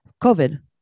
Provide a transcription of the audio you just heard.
COVID